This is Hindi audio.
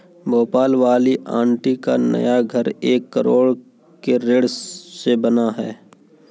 भोपाल वाली आंटी का नया घर एक करोड़ के ऋण से बना है